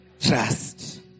trust